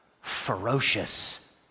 ferocious